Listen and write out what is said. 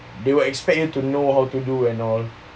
they would expect you to know how to do and all